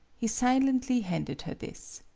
he silently handed her this.